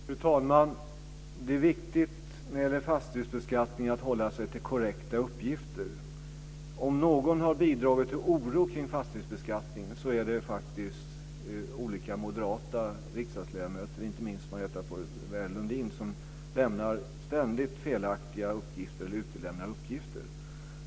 Fru talman! Det är viktigt när det gäller fastighetsbeskattningen att hålla sig till korrekta uppgifter. Om några har bidragit till oro kring fastighetsbeskattningen är det faktiskt olika moderata riksdagsledamöter, inte minst Marietta de Pourbaix-Lundin, som ständigt lämnar felaktiga uppgifter eller utelämnar uppgifter.